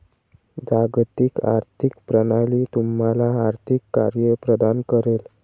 जागतिक आर्थिक प्रणाली तुम्हाला आर्थिक कार्ये प्रदान करेल